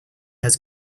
has